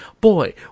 boy